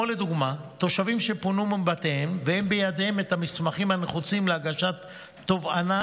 לדוגמה תושבים שפונו מבתיהם ואין בידיהם המסמכים הנחוצים להגשת תובענה,